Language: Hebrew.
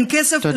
אין כסף,